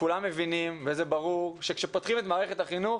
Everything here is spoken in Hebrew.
כולם מבינים, ברור שכאשר פותחים את מערכת החינוך